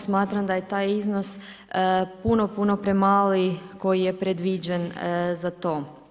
Smatram da je taj iznos puno, puno premali koji je predviđen za to.